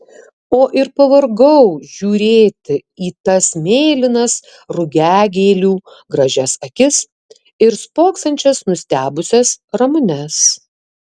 o ir pavargau žiūrėti į tas mėlynas rugiagėlių gražias akis ir spoksančias nustebusias ramunes